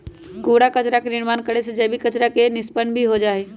कूड़ा कचरा के निर्माण करे से जैविक कचरा के निष्पन्न भी हो जाहई